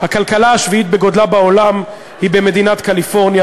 הכלכלה השביעית בגודלה בעולם היא במדינת קליפורניה,